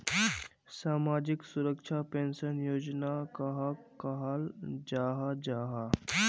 सामाजिक सुरक्षा पेंशन योजना कहाक कहाल जाहा जाहा?